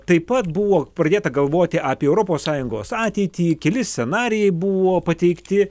taip pat buvo pradėta galvoti apie europos sąjungos ateitį keli scenarijai buvo pateikti